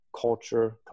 culture